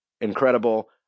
incredible